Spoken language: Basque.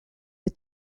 des